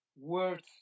words